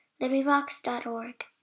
LibriVox.org